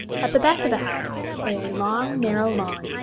at the back of the house lay a long, narrow lawn,